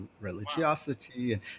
religiosity